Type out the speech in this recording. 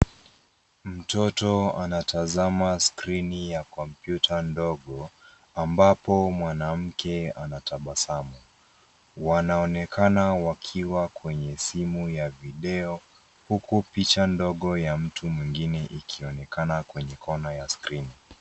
Mtoto anatazama skrini ya kompyuta ndogo ambapo mwanamke anatabasamu. Wanaonekana wakiwa kwenye simu ya video huku picha ndogo ya mtu mwingine ikionekana kwenye kona ya skrini.